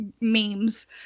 memes